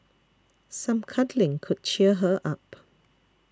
some cuddling could cheer her up